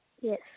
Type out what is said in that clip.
Yes